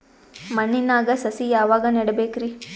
ಮಣ್ಣಿನಾಗ ಸಸಿ ಯಾವಾಗ ನೆಡಬೇಕರಿ?